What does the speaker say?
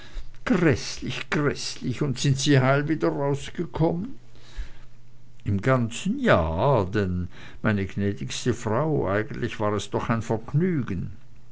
gräßlich gräßlich und sind sie heil wieder rausgekommen im ganzen ja denn meine gnädigste frau eigentlich war es doch ein vergnügen